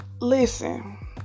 listen